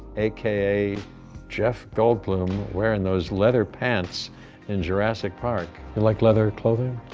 aka jeff goldblum wearing those leather pants in jurassic park. you like leather clothing?